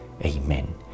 Amen